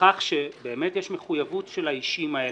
לכך שבאמת יש מחויבות של האישים האלה,